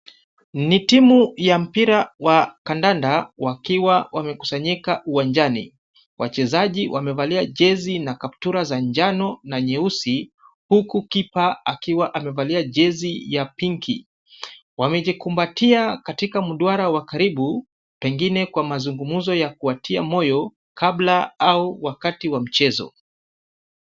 Ni timu ya mpira wa kandanda wakiwa wamekusanyika uwanjani. Wachezaji wamevalia jezi na kaptura za njano na nyeusi huku kipa akiwa amevalia jezi ya pinki. Wamejikumbatia katika mduara wa karibu pengine kwa mazungumzo ya kuwatia moyo kabla au wakati wa mchezo.